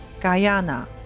Guyana